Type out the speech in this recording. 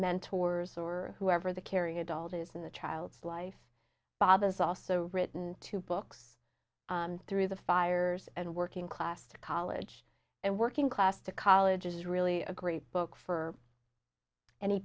mentors or whoever the caring adult is in the child's life bob has also written two books through the fires and working class to college and working class to college is really a great book for any